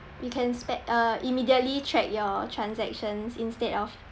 you can spe~ uh immediately track your transactions instead of